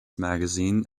magazine